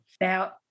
now